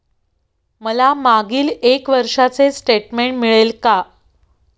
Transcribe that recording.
मला मागील एक वर्षाचे स्टेटमेंट मिळेल का?